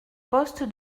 poste